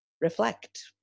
reflect